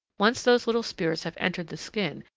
once those little spears have entered the skin,